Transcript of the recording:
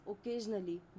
occasionally